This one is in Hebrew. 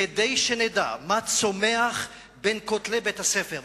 כדי שנדע מה צומח בין כותלי בית-הספר,